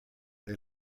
they